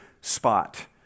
spot